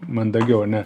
mandagiau ar ne